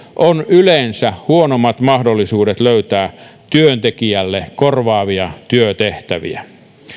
yleensä huonommat mahdollisuudet löytää työntekijälle korvaavia työtehtäviä